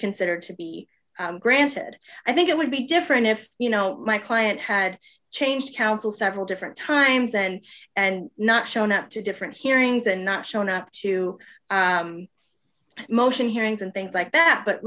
considered to be granted i think it would be different if you know my client had changed counsel several different times and and not shown up to different hearings and not shown up to motion hearings and things like that but